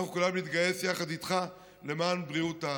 אנחנו נתגייס יחד איתך למען בריאות העם.